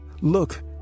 look